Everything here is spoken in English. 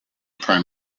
prime